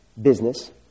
business